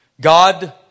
God